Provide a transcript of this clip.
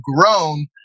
grown